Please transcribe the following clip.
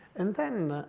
and then,